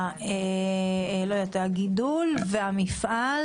מהגידול והמפעל